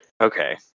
okay